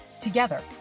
together